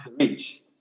reach